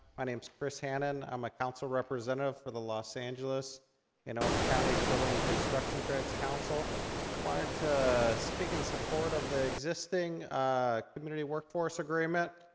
my name's chris hannan. i'm a council representative for the los angeles and orange county's building construction trades council wanted to speak in support of the existing community workforce agreement.